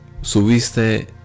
subiste